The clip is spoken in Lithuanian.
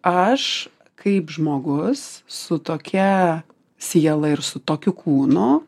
aš kaip žmogus su tokia siela ir su tokiu kūnu